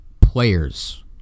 players